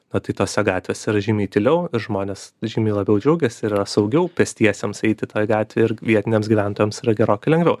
na tai tose gatvėse yra žymiai tyliau žmonės žymiai labiau džiaugiasi ir yra saugiau pėstiesiems eiti toj gatvėj ir vietiniams gyventojams yra gerokai lengviau